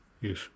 Yes